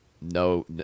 no